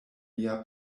mia